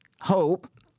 Hope